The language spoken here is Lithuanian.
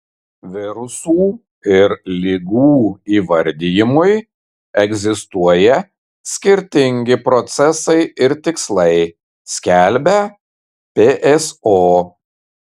virusų ir ligų įvardijimui egzistuoja skirtingi procesai ir tikslai skelbia pso